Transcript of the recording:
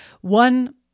one